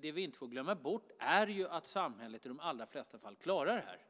Det vi inte får glömma bort är att samhället i de allra flesta fall klarar det här.